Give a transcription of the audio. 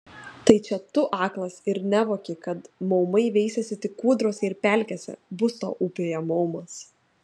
tai čia tu aklas ir nevoki kad maumai veisiasi tik kūdrose ir pelkėse bus tau upėje maumas